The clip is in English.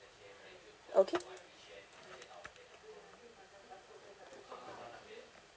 okay